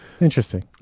interesting